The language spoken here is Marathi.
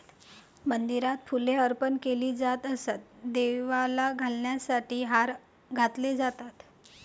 मंदिरात फुले अर्पण केली जात असत, देवाला घालण्यासाठी हार घातले जातात